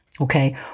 Okay